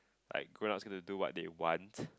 like grown ups gonna do what they want